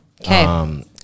Okay